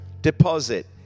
deposit